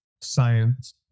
science